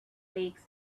flakes